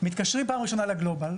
מתקשרים פעם ראשונה לגלובאל,